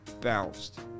bounced